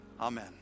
Amen